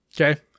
Okay